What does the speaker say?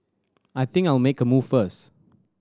I think I'll make a move first